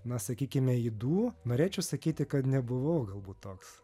na sakykime ydų norėčiau sakyti kad nebuvau galbūt toks